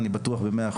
אני בטוח ב-100%,